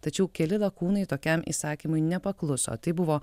tačiau keli lakūnai tokiam įsakymui nepakluso tai buvo